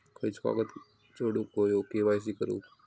खयचो कागद जोडुक होयो के.वाय.सी करूक?